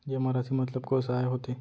जेमा राशि मतलब कोस आय होथे?